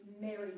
married